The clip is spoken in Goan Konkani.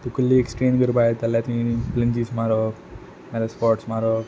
तुक लेग्स ट्रेन करपा जाय ताल्या तुंवेन लंजीस मारप नाल्या स्कॉट्स मारप